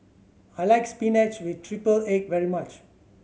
I like spinach with triple egg very much